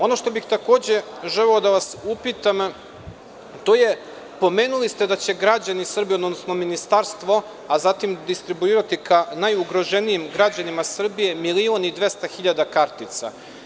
Ono što bih takođe želeo da vas upitam, to je, pomenuli ste da će građani Srbije, odnosno ministarstvo, a zatim distribuirati ka najugroženijim građanima Srbije milion i 200 hiljada kartica.